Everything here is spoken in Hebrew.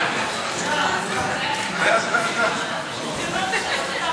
חוק לתיקון פקודת התעבורה (הוראת שעה),